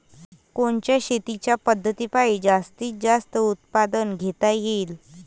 कोनच्या शेतीच्या पद्धतीपायी जास्तीत जास्त उत्पादन घेता येईल?